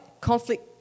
conflict